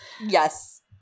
Yes